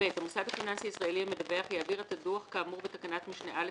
המוסד הפיננסי הישראלי המדווח יעביר את הדוח האמור בתקנת משנה (א)